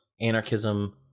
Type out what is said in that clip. anarchism